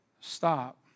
stop